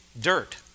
dirt